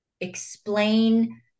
explain